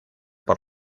por